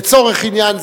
לצורך עניין זה,